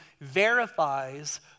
verifies